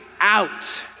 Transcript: out